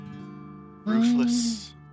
ruthless